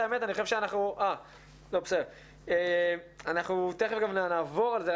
אנחנו תיכף נעבור על זה,